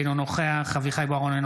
אינו נוכח אביחי אברהם בוארון,